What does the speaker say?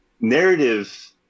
Narrative